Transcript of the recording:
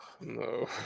No